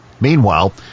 Meanwhile